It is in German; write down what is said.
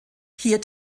hier